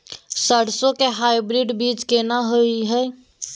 सरसो के हाइब्रिड बीज कोन होय है?